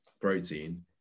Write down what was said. protein